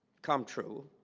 come true